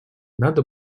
надо